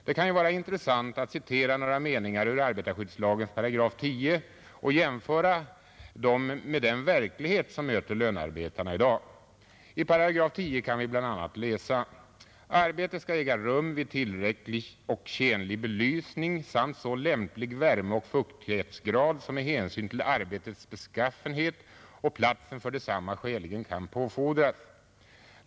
Det kan ju vara intressant att citera några meningar ur arbetarskyddslagens § 10 och jämföra dem med den verklighet som möter lönearbetarna i dag. I 8 10 kan vi bl.a. läsa: ”Arbetet skall äga rum vid tillräcklig och tjänlig belysning samt så lämplig värmeoch fuktighetsgrad, som med hänsyn till arbetets beskaffenhet och platsen för detsamma skäligen kan påfordras.